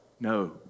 No